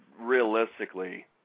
realistically